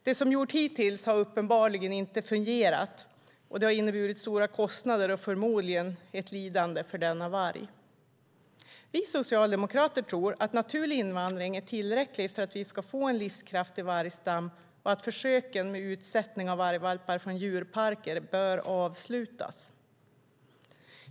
Det som gjorts hittills har uppenbarligen inte fungerat, och det har inneburit stora kostnader och förmodligen ett lidande för denna varg. Vi socialdemokrater tror att naturlig invandring är tillräckligt för att vi ska få en livskraftig vargstam och tycker att försöken med utsättning av vargvalpar från djurparker bör avslutas.